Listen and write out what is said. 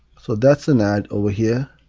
so that's an ad over here,